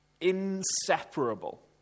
Inseparable